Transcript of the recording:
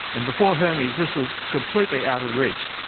and before hermes this was completely out of reach.